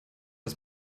aus